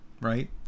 right